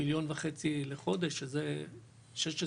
מיליון וחצי לחודש שזה שש עשרה,